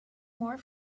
more